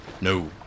No